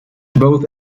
both